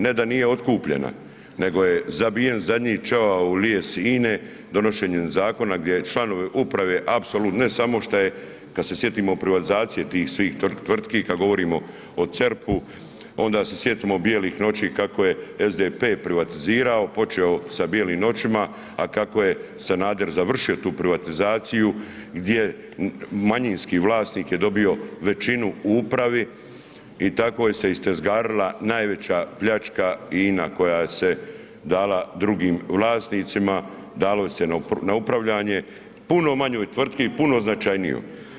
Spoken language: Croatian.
Ne da nije otkupljena nego je zabijen zadnji čavao u lijes INA-e donošenjem zakona gdje članovi uprave, apsolutnost, ne samo što je, kad se sjetimo privatizacije tih svih tvrtki kad govorimo o CERP-u, onda se sjetio bijelih noći kako je SDP privatizirao, počeo sa bijelim noćima, a kako je Sanader završio tu privatizaciju gdje manjinski vlasnik je dobio većinu u upravi i tako se istezgarila najveća pljačka i INA koja se dala drugim vlasnicima, dalo se na upravljanje puno manjoj tvrtki puno značajnijoj.